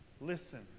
Listen